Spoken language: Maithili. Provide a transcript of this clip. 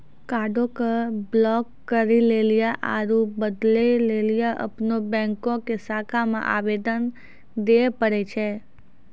कार्डो के ब्लाक करे लेली आरु बदलै लेली अपनो बैंको के शाखा मे आवेदन दिये पड़ै छै